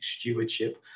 stewardship